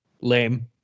lame